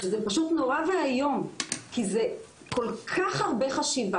וזה פשוט נורא ואיום כי זה כל כך הרבה חשיבה